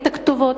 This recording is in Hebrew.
את הכתובות,